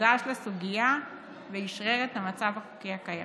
נדרש לסוגיה ואשרר את המצב החוקי הקיים.